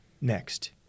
next